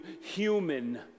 human